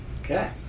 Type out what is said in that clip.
Okay